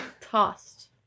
Tossed